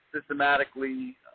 systematically